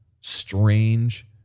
strange